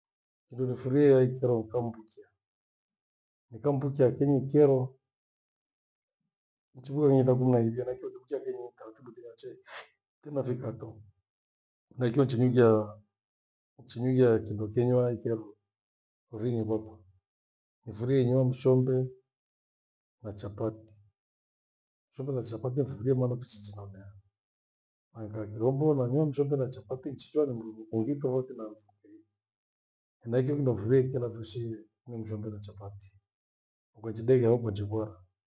Kindo nifirie haikyero nikamvukia, nikamvukia kinyi ikyero nchimviyika kuminawi na kio kio kuchia kenyi nitautundukio tenya chai. Tenafikadho henaicho chinyighiaa, chiningiaa kindo chenywa kyaroo kazinyi kwakwe nifurie inywa mshombe na chapati. Mshombe na chapati nifirie maana nitichinonea nakaa kirombo nanywa mshombe na chapati nchichwaa ni mrughu kungikha wote na. Henaicho kindo nifurie ikila nifoshinyie ni mshombe na chapati ngonjidegheaho kwanjivara.